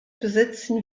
besitzen